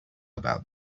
about